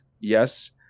Yes